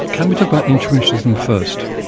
can we talk about intuitionism first?